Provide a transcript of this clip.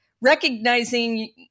recognizing